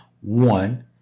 one